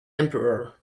emperor